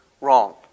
wrong